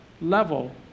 level